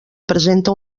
presenta